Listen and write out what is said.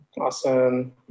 Awesome